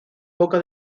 poca